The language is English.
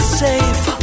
safe